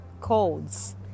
codes